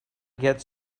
get